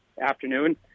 afternoon